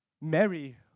Mary